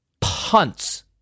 punts